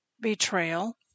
Betrayal